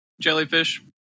jellyfish